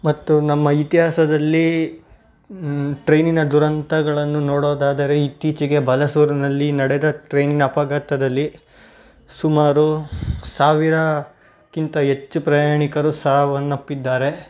ಮತ್ತು ನಮ್ಮ ಇತಿಹಾಸದಲ್ಲಿ ಟ್ರೈನಿನ ದುರಂತಗಳನ್ನು ನೋಡೋದಾದರೆ ಇತ್ತೀಚೆಗೆ ಬಲಸೂರಿನಲ್ಲಿ ನಡೆದ ಟ್ರೈನಿನ ಅಪಘಾತದಲ್ಲಿ ಸುಮಾರು ಸಾವಿರಕ್ಕಿಂತ ಹೆಚ್ಚು ಪ್ರಯಾಣಿಕರು ಸಾವನ್ನಪ್ಪಿದ್ದಾರೆ